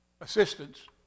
assistance